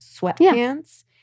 sweatpants